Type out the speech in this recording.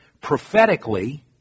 prophetically